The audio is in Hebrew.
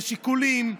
יש עיקולים,